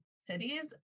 cities